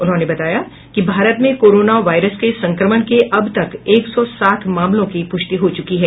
उन्होंने बताया कि भारत में कोरोना वायरस के संक्रमण के अब तक एक सौ सात मामलों की प्रष्टि हो चुकी है